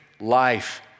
life